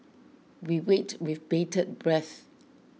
we wait with bated breath